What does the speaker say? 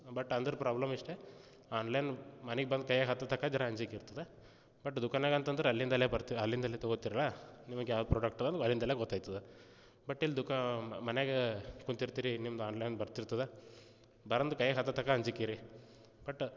but ಅಂದು problem ಇಷ್ಟೇ online ಮನೆಗೆ ಬಂದು ಕೈಯಾಗೆ ಹತ್ತೊ ತಕ ಜರಾ ಅಂಜಿಕೆ ಇರ್ತದೆ ಬಟ್ ದುಕಾನಾಗ ಅಂತಂದ್ರೆ ಅಲ್ಲಿಂದ ಅಲ್ಲೇ ಬರ್ತಿರಿ ಅಲ್ಲಿಂದ ಅಲ್ಲೇ ತೊಗೋತಿರಲ್ಲ ನಿಮಗೆ ಯಾವ ಪ್ರಾಡಕ್ಟ್ ಇದೆ ಅಲ್ಲಿಂದ ಅಲ್ಲೇ ಗೊತ್ತೈತದೆ ಬಟ್ ಇಲ್ಲಿ ದುಕಾ ಮನೆಯಾಗ ಕೂತಿರ್ತೀರಿ ನಿಮ್ದು ಆನ್ ಲೈನ್ ಬರ್ತಿತದೆ ಬರೋದು ಕೈಯಾಗೆ ಹತ್ತೋ ತಕ ಅಂಜಿಕೆ ರೀ ಬಟ್